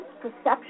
perception